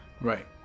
Right